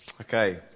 Okay